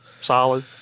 Solid